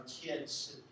kids